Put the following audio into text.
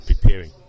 preparing